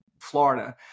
Florida